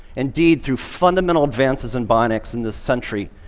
indeed, through fundamental advances in bionics in this century,